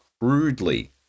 crudely